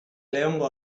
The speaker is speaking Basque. leongo